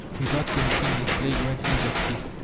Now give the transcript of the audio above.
without committing a flagrant injustice?